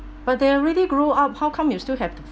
but they already grew up how come you still have to